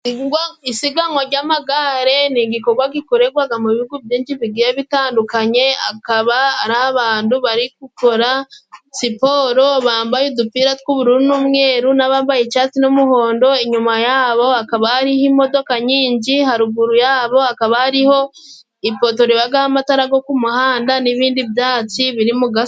Isiganwa jy'amagare ni igikogwa gikoregwaga mu bihugu byinshi bigiye bitandukanye, akaba ari abandu bari gukora siporo bambaye udupira tw'ubururu n'umweru n'abambaye icatsi n'umuhondo, inyuma yabo hakaba hari ho imodoka nyinshi, haruguru yabo hakaba hari ho ipoto ribagaho amatara go ku muhanda, n'ibindi byatsi biri mu gasozi.